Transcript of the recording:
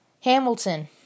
Hamilton